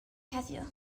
heddiw